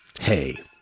hey